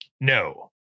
No